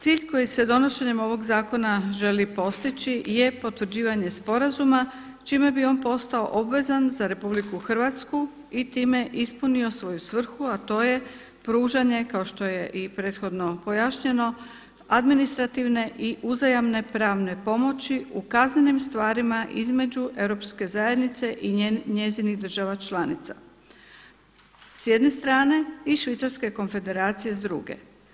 Cilj koji se donošenjem ovog zakona želi postići je potvrđivanje sporazuma čime bi on postao obvezan za RH i time ispunio svoju svrhu, a to je pružanje, kao što je i prethodno pojašnjeno, administrativne i uzajamne pravne pomoći u kaznenim stvarima između Europske zajednice i njezinih država članica s jedne strane i Švicarske konfederacije s druge.